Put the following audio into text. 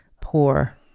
poor